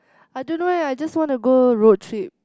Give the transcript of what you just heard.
I don't know eh I just want to go road trip